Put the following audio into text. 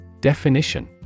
Definition